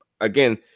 again